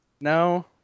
No